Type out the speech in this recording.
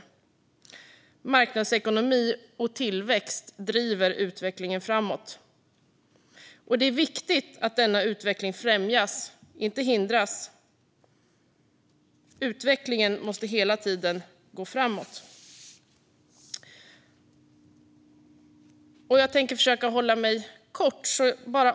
Marknadsekonomi och tillväxt driver utvecklingen framåt. Det är viktigt att denna utveckling främjas och inte hindras. Utvecklingen måste hela tiden gå framåt. Jag tänker försöka att hålla mig kort.